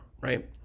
Right